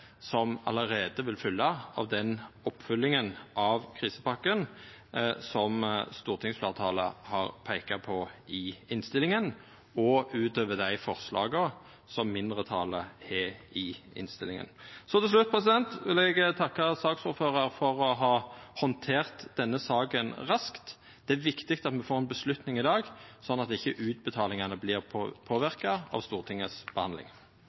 som allereie vil følgja av den oppfølginga av krisepakken som stortingsfleirtalet har peika på i innstillinga – og utover dei forslaga som mindretalet har i innstillinga. Til slutt vil eg takka saksordføraren for å ha handtert denne saka raskt. Det er viktig at me får ei avgjerd i dag, slik at ikkje utbetalingane vert påverka av